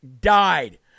died